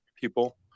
people